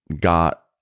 got